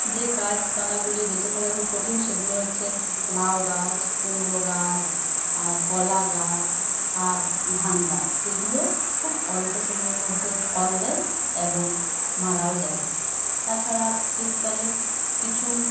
যে গাছপালাগুলি বেঁচে থাকা খুব কঠিন সেগুলো হচ্ছে লাউ গাছ কুমড়ো গাছ আর কলা গাছ আর ধান গাছ সেগুলো খুব অল্প সময়ের মধ্যে ফল দেয় এবং মারাও যায় তাছাড়া শীতকালে কিছু